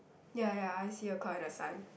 ya ya I see a cloud in the sun